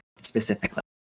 Specifically